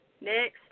Next